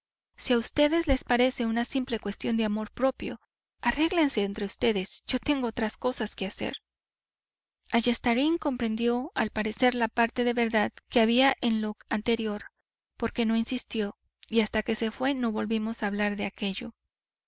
si a vds les parece una simple cuestión de amor propio arréglense entre vds yo tengo otras cosas que hacer ayestarain comprendió al parecer la parte de verdad que había en lo anterior porque no insistió y hasta que se fué no volvimos a hablar de aquello